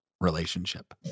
relationship